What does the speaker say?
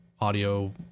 audio